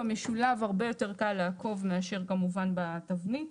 במשולב הרבה יותר קל לעקוב מאשר כמובן בתבנית.